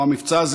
המבצע הזה,